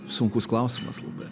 sunkus klausimas labai